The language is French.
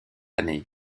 année